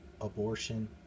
abortion